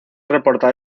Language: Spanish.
reporta